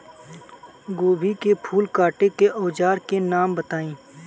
गोभी के फूल काटे के औज़ार के नाम बताई?